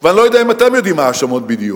ואני לא יודע אם אתם יודעים מה ההאשמות בדיוק,